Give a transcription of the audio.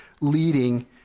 leading